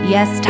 Yes